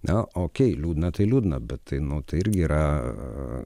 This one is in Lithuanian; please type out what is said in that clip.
na okei liūdna tai liūdna bet tai nu tai irgi yra